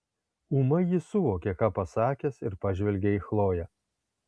ūmai jis suvokė ką pasakęs ir pažvelgė į chloję